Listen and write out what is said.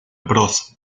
bros